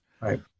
Right